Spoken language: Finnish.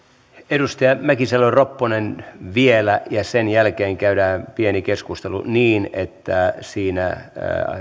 edustaja mäkisalo ropponen vielä ja sen jälkeen käydään pieni keskustelu niin että siinä